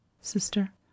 Sister